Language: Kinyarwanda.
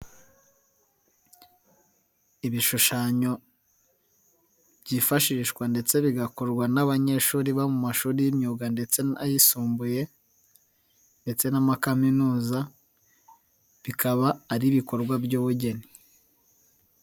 Ibishushanyo byifashishwa ndetse bigakorwa n'abanyeshuri bo mu mashuri y'imyuga ndetse n'ayisumbuye ndetse naamakaminuza bikaba ari ibikorwa by'ubugeni.